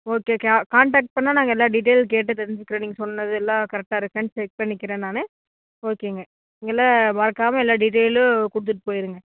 okay க contact பண்ணிணா நாங்கள் எல்லா டீட்டெயில் கேட்டு தெரிஞ்சுக்கிறேன் நீங்கள் சொன்னது எல்லாம் கரெக்டாக இருக்கான்னு செக் பண்ணிக்கிறேன் நான் ஓகேங்க நீங்களே மறக்காமல் எல்லா டீட்டெயிலும் கொடுத்துட்டு போயிடுங்க